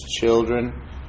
children